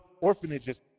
orphanages